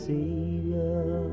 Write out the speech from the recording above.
Savior